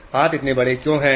और हाथ इतने बड़े क्यों हैं